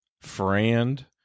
friend